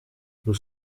nous